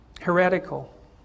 heretical